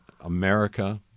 America